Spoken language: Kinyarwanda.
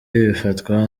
bifatwa